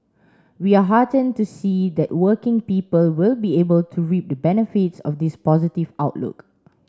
we are heartened to see that working people will be able to reap the benefits of this positive outlook